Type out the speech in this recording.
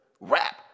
rap